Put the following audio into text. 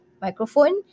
microphone